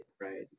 right